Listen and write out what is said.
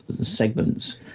segments